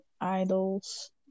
idols